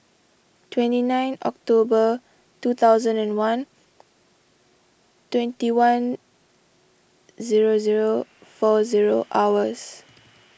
twenty nine October two thousand and one twenty one zero zero four zero hours